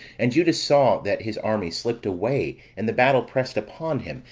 and judas saw that his army slipped away, and the battle pressed upon him,